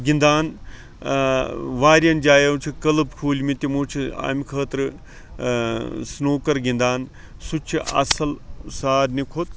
گِنٛدان واریاہَن جایَو چھِ کٕلب کھوٗلمٕتۍ تمو چھِ امہ خٲطرٕ سنوٗکر گِنٛدان سُہ چھُ اصٕل ساروٕے کھۄتہٕ